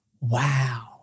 Wow